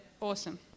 Awesome